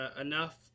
enough